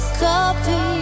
copy